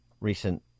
recent